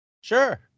Sure